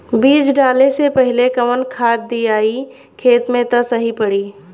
बीज डाले से पहिले कवन खाद्य दियायी खेत में त सही पड़ी?